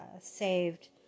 saved